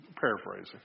paraphrasing